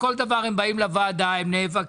כך שעל כל דבר הם באים לוועדה ונאבקים.